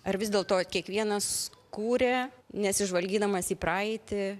ar vis dėlto kiekvienas kūrė nesižvalgydamas į praeitį